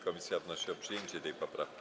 Komisja wnosi o przyjęcie tej poprawki.